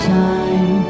time